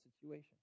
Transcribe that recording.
situation